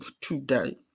today